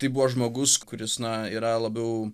tai buvo žmogus kuris na yra labiau